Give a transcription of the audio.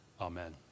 amen